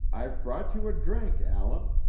i've brought you a drink, allan.